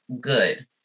good